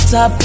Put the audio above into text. Top